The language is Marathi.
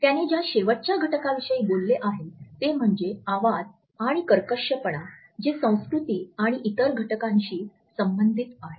त्याने ज्या शेवटच्या घटकाविषयी बोलले आहे ते आवाज आणि कर्कशपणा जे संस्कृती आणि इतर अनेक घटकांशी संबंधित आहे